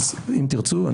אם תרצו,